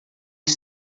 que